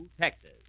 Texas